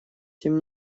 тем